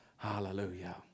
Hallelujah